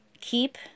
Keep